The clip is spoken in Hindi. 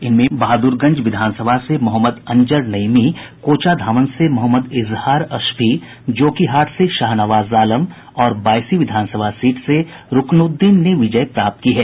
इनमें बहाद्रगंज विधानसभा से मोहम्मद अंजर नईमी कोचाधामन से मोहम्मद इजहार अशफी जोकीहाट सीट से शाहनबाज आलम और बायसी विधानसभा सीट से रूकनुउद्दीन ने विजय प्राप्त की है